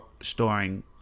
storing